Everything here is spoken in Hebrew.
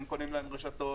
הם קונים להם רשתות,